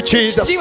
Jesus